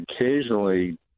occasionally